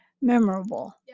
memorable